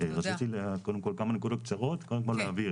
קודם כל להבהיר.